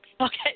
Okay